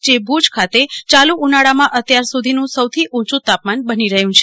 જે ભુજ ખાતે યાલુ ઉનાળામાં અત્યાર સુધીનું સૌથી ઊંયું તાપમાન બની રહ્યું છે